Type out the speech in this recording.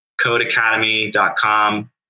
codeacademy.com